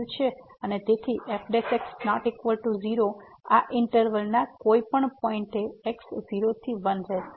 અને તેથી f ≠ 0 આ ઈંટરવલના કોઈપણ પોઈંટએ x 0 થી 1 રહેશે